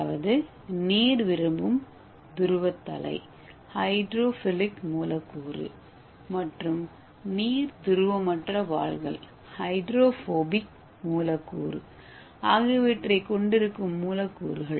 அதாவது நீர் விரும்பும் துருவ தலை ஹைட்ரோஃபிலிக் மூலக்கூறு மற்றும் நீர் துருவமற்ற வால்கள் ஹைட்ரோபோபிக் ஆகியவற்றைக் கொண்டிருக்கும் மூலக்கூறுகள்